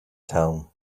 town